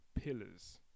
pillars